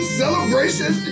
celebration